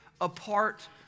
apart